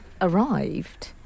arrived